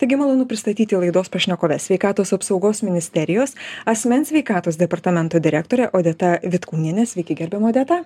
taigi malonu pristatyti laidos pašnekovę sveikatos apsaugos ministerijos asmens sveikatos departamento direktorė odeta vitkūnienė sveiki gerbiama odeta